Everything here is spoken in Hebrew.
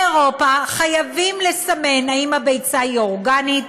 באירופה חייבים לסמן אם הביצה היא אורגנית,